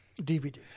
DVD